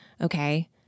okay